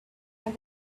and